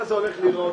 ראשית,